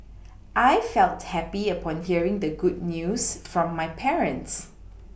I felt happy upon hearing the good news from my parents